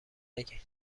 نگین